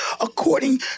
according